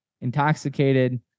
intoxicated